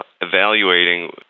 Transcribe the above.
evaluating